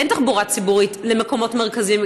אין תחבורה ציבורית למקומות מרכזיים.